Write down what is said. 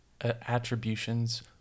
Attributions